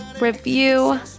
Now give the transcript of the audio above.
review